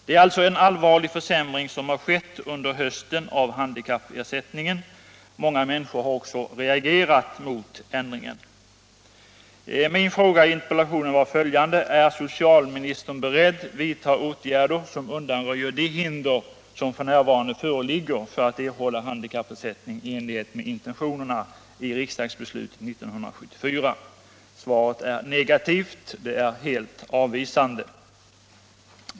Det är alltså en allvarlig försämring som har skett under hösten av handikappersättningen. Många människor har också reagerat mot ändringen. Min fråga i interpellationen var följande: ”Är socialministern beredd vidta åtgärder som undanröjer de hinder som f.n. föreligger för att erhålla handikappersättning i enlighet med intentionerna i riksdagsbeslutet 1974?” Svaret är negativt, ia, det är helt avvisande.